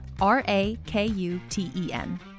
R-A-K-U-T-E-N